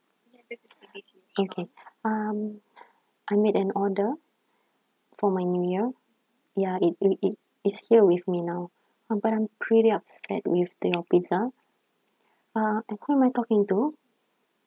okay um I made an order for my new year ya it it it it's here with me now um but I'm pretty upset with your pizza uh at who am I talking to